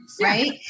Right